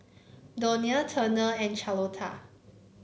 Donia Turner and Charlotta